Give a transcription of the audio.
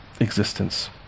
existence